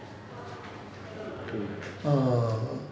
err